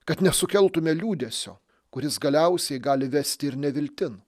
kad nesukeltume liūdesio kuris galiausiai gali vesti ir neviltin